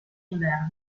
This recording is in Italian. inverno